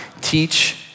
teach